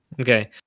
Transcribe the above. Okay